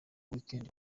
weekend